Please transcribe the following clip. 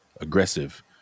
aggressive